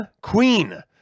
Queen